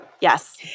Yes